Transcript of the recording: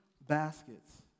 baskets